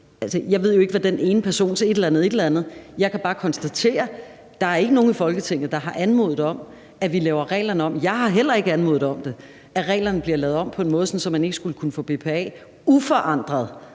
Jeg ved jo ikke, hvad den ene persons et eller andet er. Jeg kan bare konstatere: Der er ikke nogen i Folketinget, der har anmodet om, at vi laver reglerne om. Jeg har heller ikke anmodet om det, altså at reglerne bliver lavet om på en måde, så man ikke uforandret